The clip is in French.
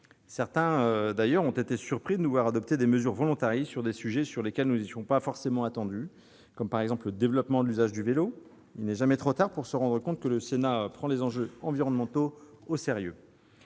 Certains, d'ailleurs, ont été surpris de nous voir adopter des mesures volontaristes sur des sujets sur lesquels nous n'étions pas forcément attendus, comme le développement de l'usage du vélo. Il n'est jamais trop tard pour se rendre compte que le Sénat prend les enjeux environnementaux au sérieux